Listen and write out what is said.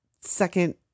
second